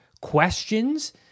questions